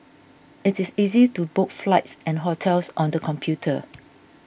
it is easy to book flights and hotels on the computer